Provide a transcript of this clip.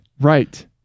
Right